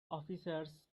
officers